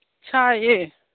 ꯁꯥꯏꯌꯦ